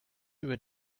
über